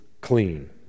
clean